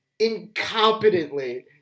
incompetently